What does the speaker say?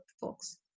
folks